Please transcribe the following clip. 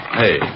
hey